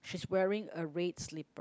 she's wearing a red slipper